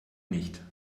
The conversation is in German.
nicht